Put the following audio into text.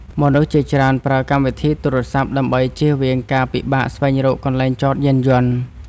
មនុស្សជាច្រើនប្រើកម្មវិធីទូរសព្ទ ដើម្បីជៀសវាងការពិបាកស្វែងរកកន្លែងចតយានយន្ត។